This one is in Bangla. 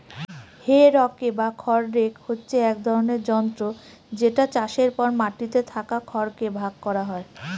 হে রকে বা খড় রেক হচ্ছে এক ধরনের যন্ত্র যেটা চাষের পর মাটিতে থাকা খড় কে ভাগ করা হয়